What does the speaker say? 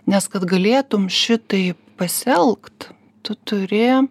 nes kad galėtum šitaip pasielgt tu turi